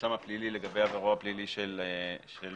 המרשם הפלילי לגבי עברו הפלילי של מועמד.